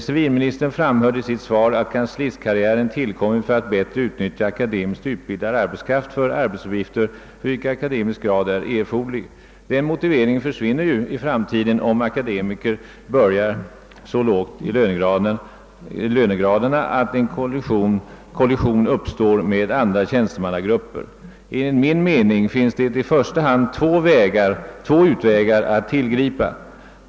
Civilministern framhöll i sitt svar att kanslistutbildningen kommit till för att akademiskt utbildad arbetskraft bättre skall kunna utnyttjas för arbetsuppgifter, för vilka akademisk grad är erforderlig. Den motiveringen försvinner ju i framtiden, om akademiker börjar så lågt i lönegraderna att kollision uppstår med andra tjänstemannagrupper. Enligt min mening finns det i första hand två utvägar att tillgripa.